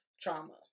trauma